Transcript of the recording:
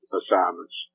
assignments